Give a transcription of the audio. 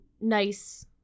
nice